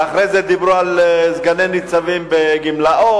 ואחרי זה דיברו על סגני-ניצבים בגמלאות.